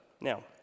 Now